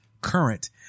current